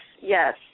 yes